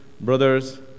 brothers